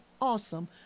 awesome